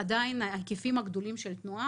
עדיין ההיקפים הגדולים של התנועה,